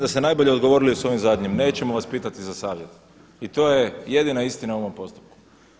da ste najbolje odgovorili u svojem zadnjem, nećemo vas pitati za savjet i to je jedina istina u ovom postupku.